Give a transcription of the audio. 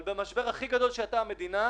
אבל במשבר הכי גדול שידעה המדינה,